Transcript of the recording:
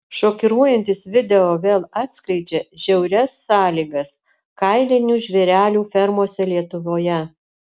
šokiruojantis video vėl atskleidžia žiaurias sąlygas kailinių žvėrelių fermose lietuvoje